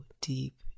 deep